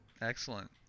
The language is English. excellent